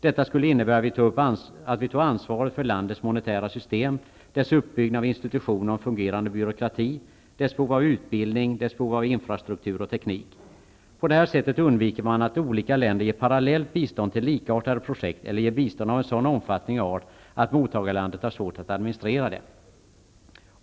Detta skulle innebära att vi tog ansvaret för landets monetära system, dess uppbyggnad av institutioner och en fungerande byråkrati, dess behov av utbildning, av infrastruktur och teknik. På detta sätt undviker man att olika länder ger parallellt bistånd till likartade projekt eller ger bistånd av en sådan omfattning och art att mottagarlandet har svårt att administrera det.